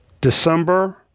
December